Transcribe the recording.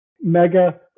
mega